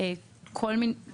אין לו מידע כזה.